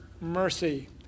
Mercy